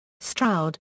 Stroud